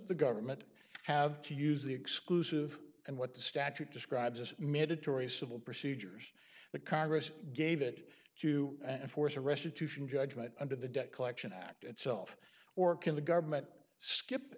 the government have to use the exclusive and what the statute describes as mediterranean civil procedures the congress gave it to and force a restitution judgment under the debt collection act itself or can the government skip